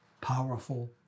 powerful